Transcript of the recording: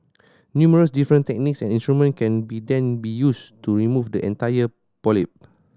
numerous different techniques and instruments can be then be used to remove the entire polyp